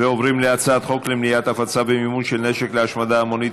ועוברים להצעת חוק למניעת הפצה ומימון של נשק להשמדה המונית,